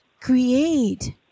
create